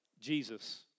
Jesus